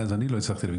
לא הצלחתי להבין.